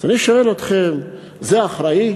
אז אני שואל אתכם, זה אחראי,